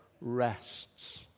rests